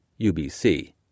UBC